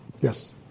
Yes